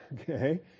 okay